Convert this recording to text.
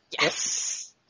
Yes